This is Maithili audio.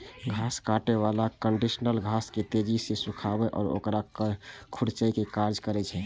घास काटै बला कंडीशनर घास के तेजी सं सुखाबै आ ओकरा कुचलै के काज करै छै